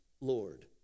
Lord